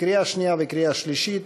לקריאה שנייה וקריאה שלישית.